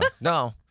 No